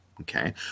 okay